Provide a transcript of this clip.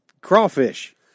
crawfish